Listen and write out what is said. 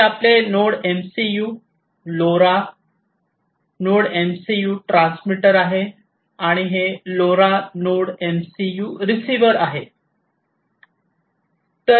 हे आपले node M C U LoRa node M C U transmitter आहे आणि हे LoRa node M C U receiver आहे